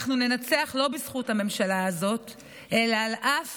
אנחנו ננצח לא בזכות הממשלה הזאת אלא על אף